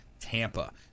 tampa